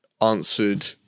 answered